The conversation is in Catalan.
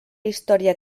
història